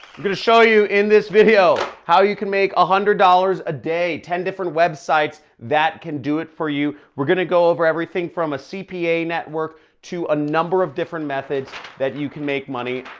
going to show you in this video how you can make one hundred dollars a day. ten different websites that can do it for you. we're going to go over everything from a cpa network to a number of different methods that you can make money.